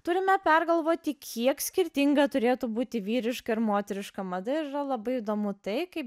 turime pergalvoti kiek skirtinga turėtų būti vyriška ir moteriška mada ir labai įdomu tai kaip